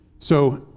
so